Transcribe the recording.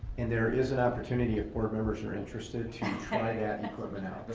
and there is an opportunity, if board members are interested, to try that and equipment out.